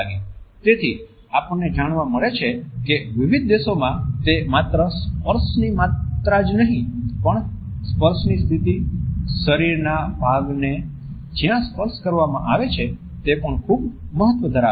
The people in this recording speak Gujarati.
તેથી આપણને જાણવા મળે છે કે વિવિધ દેશોમાં તે માત્ર સ્પર્શની માત્રા જ નહીં પણ સ્પર્શની સ્થિતિ શરીરના ભાગને જ્યાં સ્પર્શ કરવામાં આવે છે તે પણ ખૂબ મહત્વ ધરાવે છે